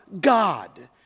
God